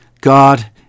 God